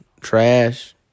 trash